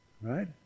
right